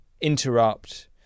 interrupt